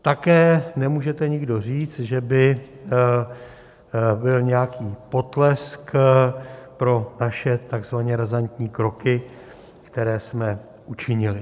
Také nemůžete nikdo říct, že by byl nějaký potlesk pro naše takzvaně razantní kroky, které jsme učinili.